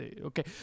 Okay